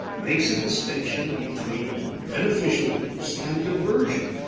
makes a distinction between beneficial use and diversion.